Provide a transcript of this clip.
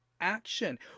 action